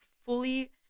fully